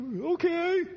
Okay